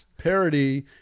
Parody